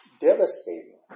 devastating